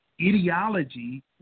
ideology